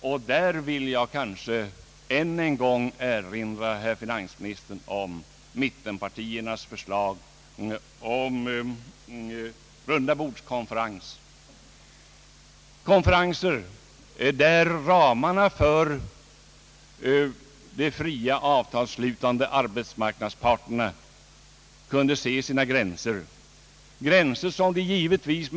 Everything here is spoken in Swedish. Jag vill än en gång erinra finansministern om mittenpartiernas förslag om en rundabordskonferens, där ramarna för de fria avtalsslutande marknadsparterna kan överblickas.